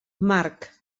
marc